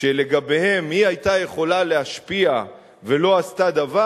שלגביהם היא היתה יכולה להשפיע ולא עשתה דבר,